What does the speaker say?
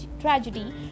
tragedy